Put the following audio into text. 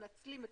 נכון.